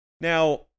Now